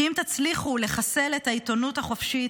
כי אם תצליחו לחסל את העיתונות החופשית,